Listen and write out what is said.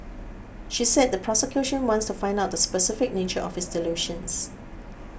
she said the prosecution wants to find out the specific nature of his delusions